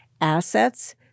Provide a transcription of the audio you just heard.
assets